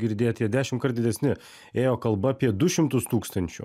girdėti jie dešimtkart didesni ėjo kalba apie du šimtus tūkstančių